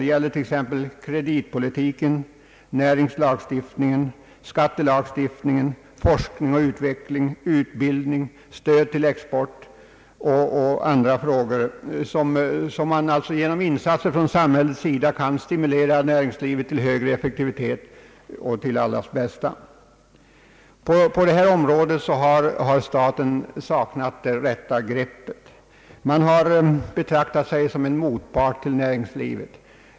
Det gäller t.ex. kreditpolitiken, näringslagstiftningen, = skattelagstiftningen, forskning och utveckling, utbildning, stöd till export och andra områden där man genom insatser från samhällets sida kan stimulera näringslivet till högre effektivitet. Här har staten saknat det rätta greppet. Man har betraktat sig som en motpart till näringslivet.